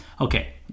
Okay